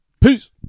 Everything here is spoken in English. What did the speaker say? Peace